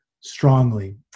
strongly